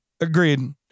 Agreed